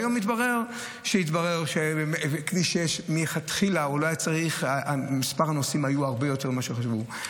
והיום מתברר שבכביש 6 מלכתחילה מספר הנוסעים היה הרבה יותר ממה שחשבו,